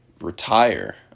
retire